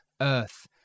earth